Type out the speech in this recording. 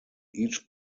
each